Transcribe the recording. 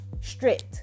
strict